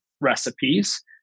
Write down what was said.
recipes